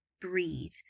Breathe